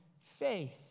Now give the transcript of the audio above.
faith